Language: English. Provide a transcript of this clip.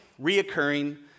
reoccurring